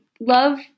love